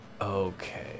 Okay